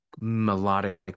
melodic